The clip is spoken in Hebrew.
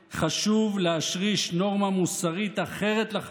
אגב, ללא קשר לעמדה פוליטית זו או אחרת,